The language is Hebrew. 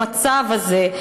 למצב הזה,